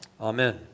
amen